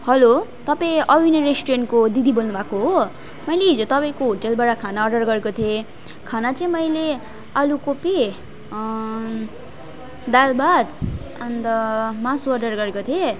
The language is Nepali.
हेलो तपाईँ अभिनय रेस्टुरेन्टको दिदी बोल्नुभएको हो मैले हिजो तपाईँको होटेलबाट खाना अर्डर गरेको थिएँ खाना चाहिँ मैले आलु कोपी दाल भात अन्त मासु अर्डर गरेको थिएँ